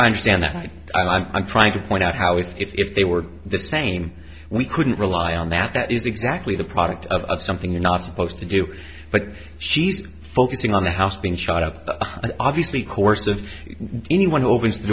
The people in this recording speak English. i understand that i'm trying to point out how if they were the same we couldn't rely on that is exactly the product of something you're not supposed to do but she's focusing on the house being shot of obviously course of anyone who opens the